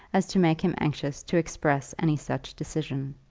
as to make him anxious to express any such decision.